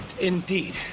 Indeed